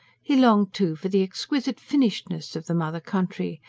he longed, too, for the exquisite finishedness of the mother country,